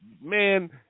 man